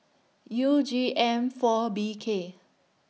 U G M four B K